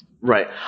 Right